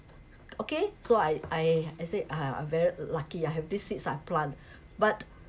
okay so I I I say uh I'm very lucky I have this seeds I plant but